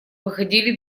выходили